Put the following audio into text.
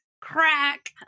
crack